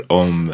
om